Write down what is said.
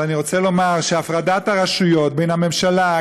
אבל אני רוצה לומר שהפרדת הרשויות בין הממשלה,